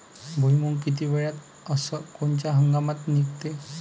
भुईमुंग किती वेळात अस कोनच्या हंगामात निगते?